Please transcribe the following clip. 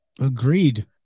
Agreed